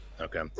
Okay